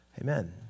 Amen